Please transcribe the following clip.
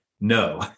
No